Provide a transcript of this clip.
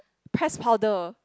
press powder